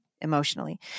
emotionally